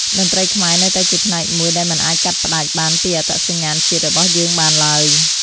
តន្ត្រីខ្មែរនៅតែជាផ្នែកមួយដែលមិនអាចកាត់ផ្ដាច់បានពីអត្តសញ្ញាណជាតិរបស់យើងបានទ្បើយ។